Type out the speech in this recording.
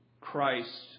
Christ